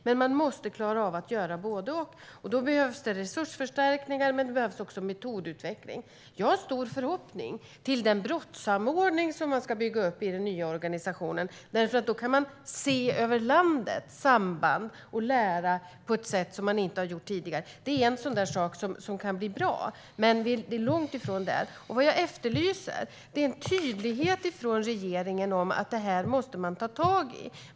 Polisen måste klara av att göra både och, och då behövs resursförstärkningar men också metodutveckling. Jag har stora förhoppningar när det gäller den brottssamordning som man ska bygga upp i den nya organisationen. Då kan man se samband över landet och lära på ett sätt som man inte har gjort tidigare. Det är en sak som kan bli bra, men vi är långt ifrån där ännu. Jag efterlyser en tydlighet från regeringen om att polisen måste ta tag i detta.